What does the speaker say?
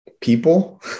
people